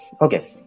Okay